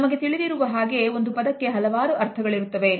ನಮಗೆ ತಿಳಿದಿರುವ ಹಾಗೆ ಒಂದು ಪದಕ್ಕೆ ಹಲವಾರು ಅರ್ಥಗಳಿರುತ್ತವೆ